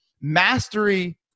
Mastery